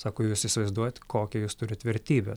sako jūs įsivaizduojat kokią jūs turit vertybę